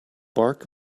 bark